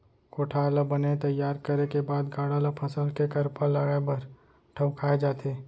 कोठार ल बने तइयार करे के बाद गाड़ा ल फसल के करपा लाए बर ठउकाए जाथे